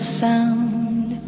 sound